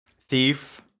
Thief